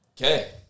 Okay